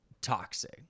toxic